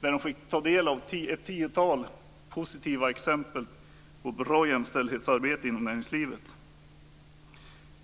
Där kunde man ta del av ett tiotal positiva exempel på bra jämställdhetsarbete inom näringslivet.